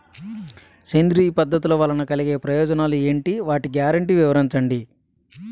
సేంద్రీయ పద్ధతుల వలన కలిగే ప్రయోజనాలు ఎంటి? వాటి గ్యారంటీ వివరించండి?